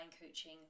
coaching